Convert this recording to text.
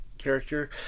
Character